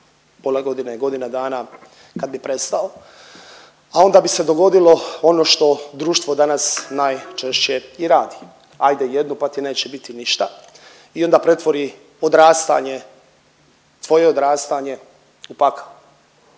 pola godine, godina dana kad bi prestao, a onda bi se dogodilo ono što društvo danas najčešće i radi ajde jednu pa ti neće biti ništa i onda pretvori odrastanje, tvoje odrastanje u pakao.